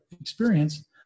experience